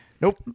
Nope